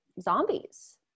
zombies